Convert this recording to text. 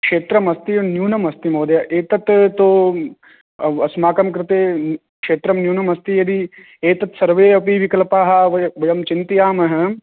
क्षेत्रमस्ति न्यूनमस्ति महोदय एतत् तु अस्माकं कृते क्षेत्रं न्यूनमस्ति यदि एतत् सर्वे अपि विकल्पाः वयं चिन्तयामः